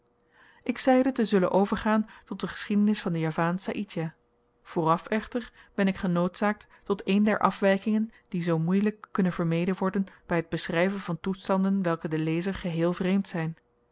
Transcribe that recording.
ik zeide te zullen overgaan tot de geschiedenis van den javaan saïdjah vooraf echter ben ik genoodzaakt tot een der afwykingen die zoo moeielyk kunnen vermeden worden by t beschryven van toestanden welke den lezer geheel vreemd zyn